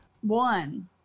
one